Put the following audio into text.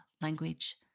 language